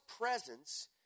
presence